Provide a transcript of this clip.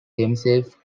themselves